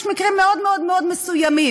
יש מקרים מאוד מאוד מאוד מסוימים,